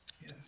Yes